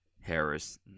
Harris